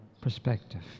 perspective